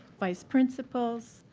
vice principals,